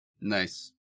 Nice